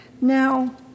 Now